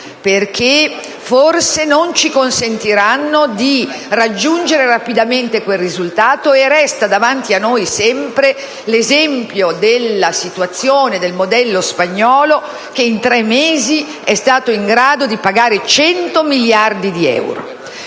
perché forse non ci consentiranno di raggiungere rapidamente quel risultato. Resta davanti a noi sempre l'esempio del modello spagnolo che in tre mesi è stato in grado di pagare cento miliardi di euro.